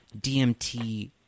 dmt